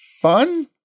Fun